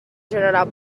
generar